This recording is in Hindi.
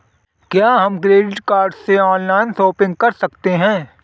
क्या हम क्रेडिट कार्ड से ऑनलाइन शॉपिंग कर सकते हैं?